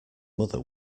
mother